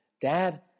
Dad